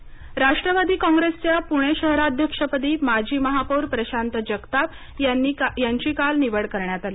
पुणे राष्ट्रवादी काँग्रेसच्या पुणे शहराध्यक्षपदी माजी महापौर प्रशांत जगताप यांची काल निवड करण्यात आली